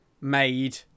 Made